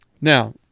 Now